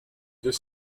deux